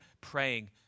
praying